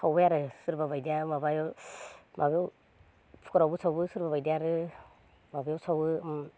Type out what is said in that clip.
सावबाय आरो सोरबा बायदिया माबायाव माबायाव कुकारावबो सावो सोरबा बायदिया आरो माबायाव सावो ओम